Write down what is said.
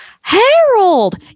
Harold